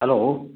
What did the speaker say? hello